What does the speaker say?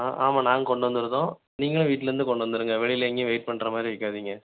ஆ ஆமாம் நாங்கள் கொண்டு வந்துருவோம் நீங்களும் வீட்டுலேருந்து கொண்டு வந்துருங்க வெளியில் எங்கேயும் வெயிட் பண்ணுற மாதிரி வைக்காதீங்க